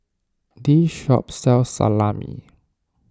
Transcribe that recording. this shop sells Salami